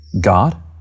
God